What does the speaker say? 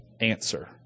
answer